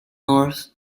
north